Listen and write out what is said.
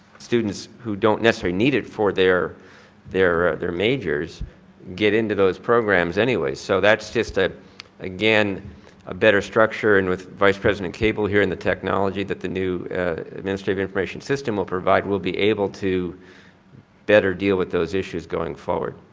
students who don't necessarily need it for their their majors get in to those programs anyway. so that's just ah again a better structure and with vice president cable here and the technology that the new administrative information system will provide we'll be able to better deal with those issues going forward.